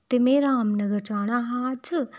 ते में रामनगर जाना हा अज्ज